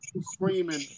screaming